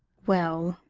well,